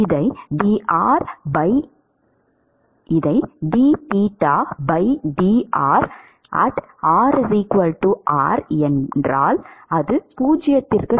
இதை d dr | rR 0